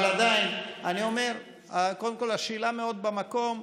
אבל עדיין אני אומר, קודם כול השאלה מאוד במקום,